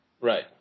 Right